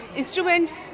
instruments